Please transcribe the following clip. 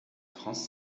france